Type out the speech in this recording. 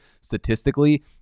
statistically